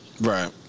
right